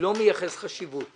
לא מייחס חשיבות